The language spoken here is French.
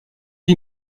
est